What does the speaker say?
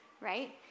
right